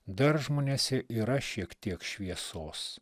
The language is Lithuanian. dar žmonėse yra šiek tiek šviesos